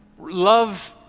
Love